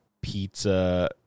pizza